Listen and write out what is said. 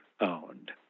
owned